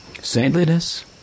Saintliness